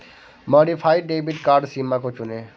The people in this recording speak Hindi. मॉडिफाइड डेबिट कार्ड सीमा को चुनें